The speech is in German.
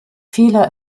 fehler